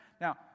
Now